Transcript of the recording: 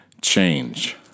change